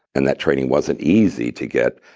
and that training wasn't easy to get,